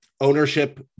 ownership